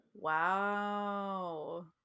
Wow